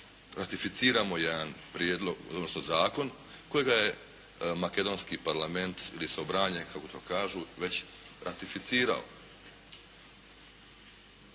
ratificiramo jedan prijedlog, odnosno zakon kojega je makedonski Parlament ili Sobranje kako to kažu već ratificirao.